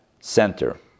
Center